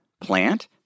plant